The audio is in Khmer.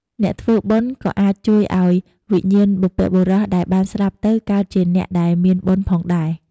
អ្នកធ្វើបុណ្យ ក៏អាចជួយឲ្យវិញ្ញាណបុព្វបុរសដែលបានស្លាប់ទៅកើតជាអ្នកដែលមានបុណ្យផងដែរ។